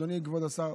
אדוני, כבוד השר.